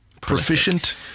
proficient